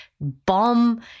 bomb